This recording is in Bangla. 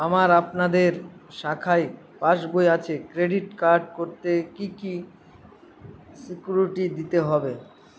আমার আপনাদের শাখায় পাসবই আছে ক্রেডিট কার্ড করতে কি কি সিকিউরিটি দিতে হবে?